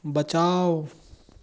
बचाउ